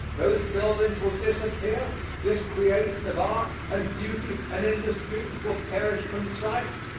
those buildings will disappear this creation of art and beauty and industry will perish from sight,